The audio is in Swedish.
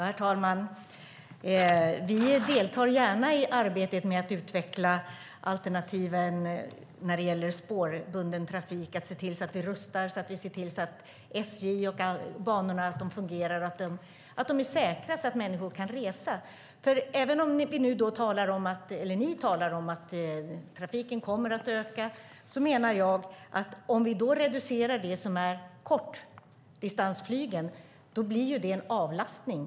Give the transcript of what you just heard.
Herr talman! Vi deltar gärna i arbetet med att utveckla alternativen när det gäller spårbunden trafik och med att se till att vi rustar så att banorna fungerar och är säkra så att människor kan resa. Även om ni talar om att trafiken kommer att öka menar jag att om man reducerar i fråga om det som är kortdistansflyg blir det en avlastning.